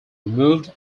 removed